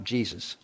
Jesus